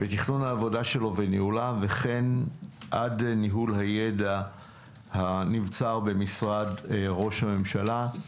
בתכנון העבודה שלו וניהולה ועד ניהול הידע הנמצא במשרד ראש הממשלה.